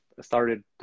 started